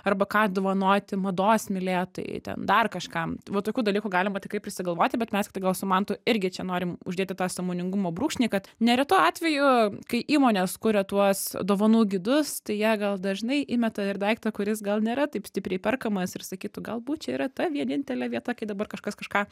arba ką dovanoti mados mylėtojai ten dar kažkam va tokių dalykų galima tikrai prisigalvoti bet mes tiktai gal su mantu irgi čia norim uždėti tą sąmoningumo brūkšnį kad neretu atveju kai įmonės kuria tuos dovanų gidus tai jie gal dažnai įmeta ir daiktą kuris gal nėra taip stipriai perkamas ir sakytų galbūt čia yra ta vienintelė vieta kai dabar kažkas kažką